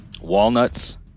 walnuts